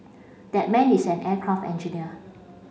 that man is an aircraft engineer